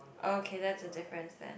okay that's a difference then